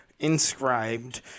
inscribed